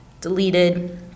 deleted